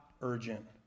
urgent